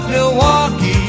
Milwaukee